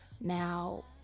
Now